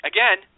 Again